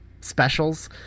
specials